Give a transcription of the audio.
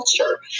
culture